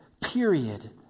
period